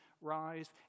rise